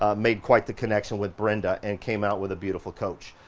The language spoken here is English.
ah made quite the connection with brenda and came out with a beautiful coach.